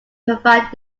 provide